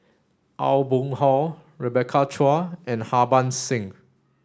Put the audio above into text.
Aw Boon Haw Rebecca Chua and Harbans Singh